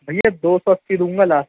بھیا دو سو اسّی دوں گا لاس